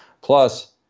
Plus